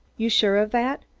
you're sure of that?